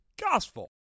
gospel